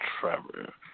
Trevor